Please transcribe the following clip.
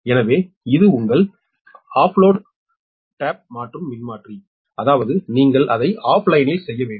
எனவே இது உங்கள் ஆஃப்லோட் தட்டு மாற்றும் மின்மாற்றி அதாவது நீங்கள் அதை ஆஃப்லைனில் செய்ய வேண்டும்